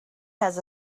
has